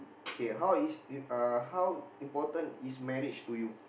K how is im~ uh how important is marriage to you